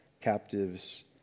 captives